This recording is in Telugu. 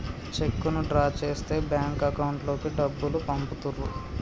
చెక్కును డ్రా చేస్తే బ్యాంక్ అకౌంట్ లోకి డబ్బులు పంపుతుర్రు